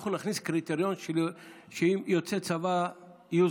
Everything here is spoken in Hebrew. אנחנו נכניס קריטריון שיוצאי צבא יהיו